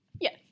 Yes